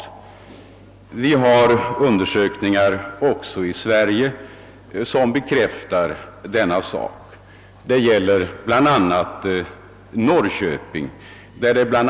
Även i Sverige har vi gjort undersökningar som bekräftar detta. Jag tänker bl.a. på försöken i Norrköping.